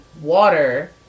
water